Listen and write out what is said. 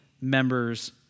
members